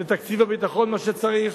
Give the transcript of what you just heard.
לתקציב הביטחון מה שצריך.